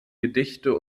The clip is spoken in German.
gedichte